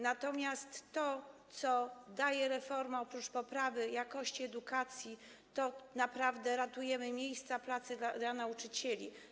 Natomiast to, co daje reforma, oprócz poprawy jakości edukacji, to jest naprawdę to, że ratujemy miejsca pracy dla nauczycieli.